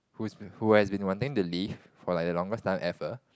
who's who has been wanting to leave for like the longest time ever